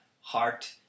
heart